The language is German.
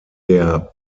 der